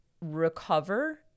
recover